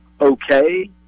okay